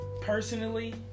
personally